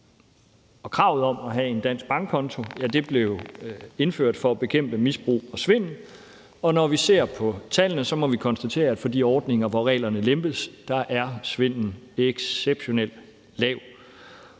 at kravet om at have en dansk bankkonto blev indført for at bekæmpe misbrug og svindel, og når vi ser på tallene, må vi konstatere, at for de ordninger, hvor reglerne lempes, er svindelen exceptionelt lav.